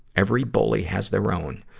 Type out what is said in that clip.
every bully has their own.